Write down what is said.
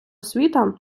освіта